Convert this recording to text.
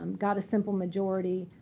um got a simple majority.